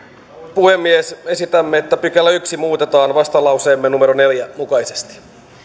puhemies esitämme että pykälä yhteen muutetaan vastalauseemme numero neljä mukaisesti